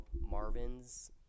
marvin's